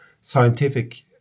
scientific